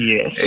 Yes